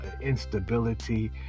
instability